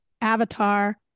Avatar